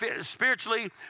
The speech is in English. spiritually